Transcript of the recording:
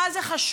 מה זה חשוב?